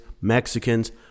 Mexicans